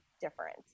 different